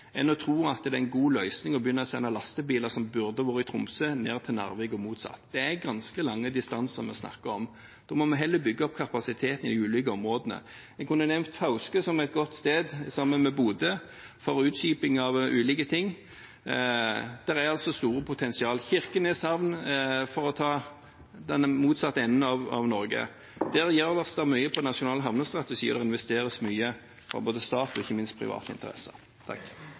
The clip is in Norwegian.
enn å tro at det er en god løsning å begynne å sende lastebiler som burde vært i Tromsø, ned til Narvik og motsatt. Det er ganske lange distanser vi snakker om. Da må vi heller bygge opp kapasiteten i de ulike områdene. Jeg kunne nevnt Fauske som et godt sted, sammen med Bodø, for utskiping av ulike ting. Det er altså store potensial – Kirkenes havn – for å ta den motsatte enden av Norge. Der gjøres det mye på nasjonal havnestrategi, og det investeres mye både fra stat og ikke minst fra private interesser.